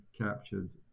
captured